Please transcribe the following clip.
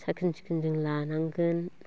साखोन सिखोन जों लानांगोन